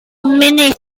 munudau